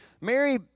Mary